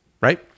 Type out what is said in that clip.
Right